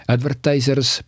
Advertisers